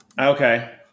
Okay